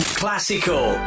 classical